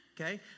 okay